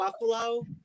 buffalo